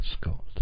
Scott